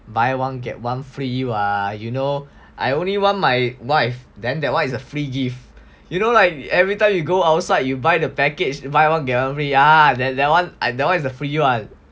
buy one get one free [what] you know I only want my wife then that one is a free gift you know like everytime you go outside you buy the package buy one get one free ah that that one I that one is the free [one]